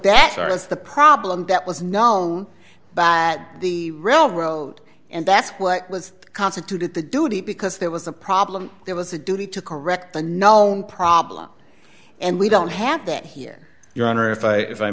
that is the problem that was known that the railroad and that's what was constituted the duty because there was a problem there was a duty to correct a known problem and we don't have that here your honor if i if i